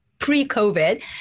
pre-COVID